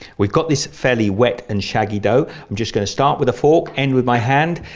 we've got this fairly wet and shaggy dough, i'm just going to start with a fork, end with my hand,